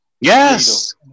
Yes